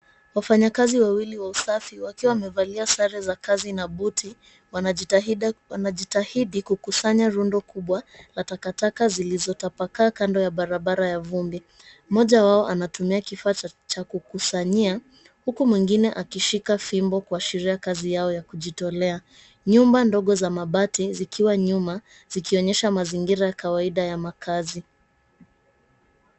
Wafanyikazi wawili wa usafi wakiwa wamevalia sare za kazi na buti, wanajitahidi kukusanya rundo kubwa la takataka zilizotapakaa kando ya barabara ya vumbi leo. Mmoja wao anatumia kifaa cha kukusanyia, huku mwingine akishika fimbo kuashiria kazi yao ya kujitolea. Nyumba ndogo za mabati zikiwa nyuma, zikionyesha mazingira ya kawaida ya makazi.